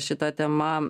šita tema